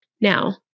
Now